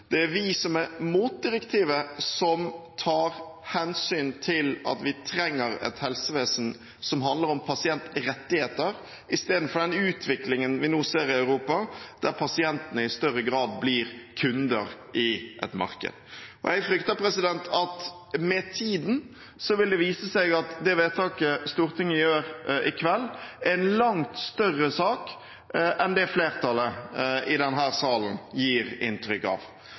Det er vi som er mot direktivet, som tar hensyn til at vi trenger et helsevesen som handler om pasientrettigheter, istedenfor den utviklingen vi nå ser i Europa, der pasientene i større grad blir kunder i et marked. Jeg frykter at med tiden vil det vise seg at det vedtaket Stortinget gjør i kveld, er en langt større sak enn det flertallet her i salen gir inntrykk av.